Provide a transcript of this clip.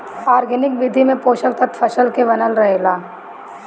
organic विधि में पोषक तत्व फसल के बनल रहेला